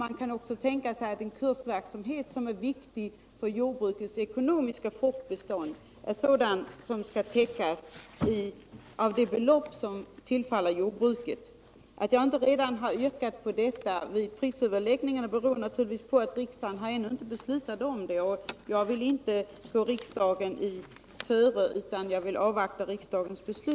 Man kan också tänka sig att en kursverksamhet, som är viktig för jordbrukets ekonomiska fortbestånd, hör till det som måste täckas av det belopp som tillfaller jordbruket. Att jag inte redan har yrkat på detta vid prisöverläggningarna beror naturligtvis på att riksdagen ännu inte har beslutat om det. Jag vill inte gå riksdagen i förväg utan vill avvakta dess beslut.